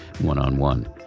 one-on-one